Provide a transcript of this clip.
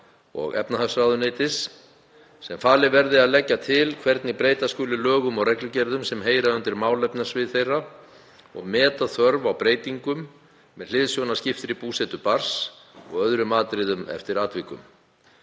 og efnahagsráðuneytis, sem falið verði að leggja til hvernig breyta skuli lögum og reglugerðum sem heyra undir málefnasvið þeirra og meta þörf á breytingum með hliðsjón af skiptri búsetu barns og öðrum atriðum eftir atvikum.